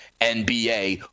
NBA